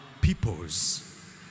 peoples